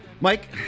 Mike